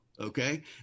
Okay